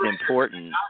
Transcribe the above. important